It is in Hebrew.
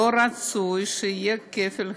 לא רצוי שיהיה כפל חקיקה,